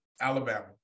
Alabama